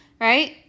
Right